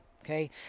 okay